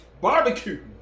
Barbecue